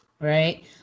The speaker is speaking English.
Right